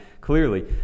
clearly